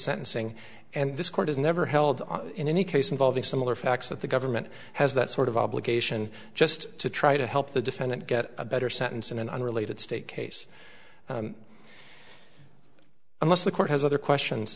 sentencing and this court is never held in any case involving similar facts that the government has that sort of obligation just to try to help the defendant get a better sentence in an unrelated state case unless the court has other questions